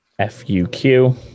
f-u-q